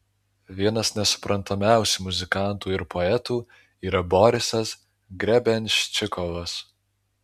vienas nesuprantamiausių muzikantų ir poetų yra borisas grebenščikovas